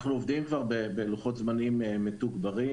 אנחנו כבר עובדים בלוחות זמנים מתוגברים,